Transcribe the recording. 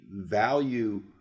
value